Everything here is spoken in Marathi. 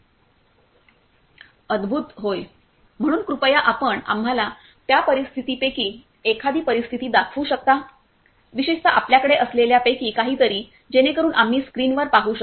अद्भुत होय म्हणून कृपया आपण आम्हाला त्या परिस्थिती पैकी एखादी परिस्थिती दाखवू शकता विशेषतः आपल्याकडे असलेल्या पैकी काहीतरी जेणेकरून आम्ही स्क्रीनवर पाहू शकू